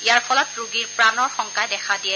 ইয়াৰ ফলত ৰোগীৰ প্ৰাণৰ শংকাই দেখা দিয়ে